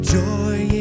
joy